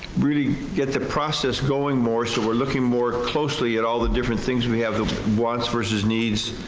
really get the process going more so we're looking more closely at all the different things we have, the wants versus needs,